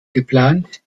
geplant